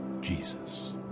Jesus